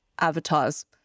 avatars